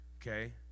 Okay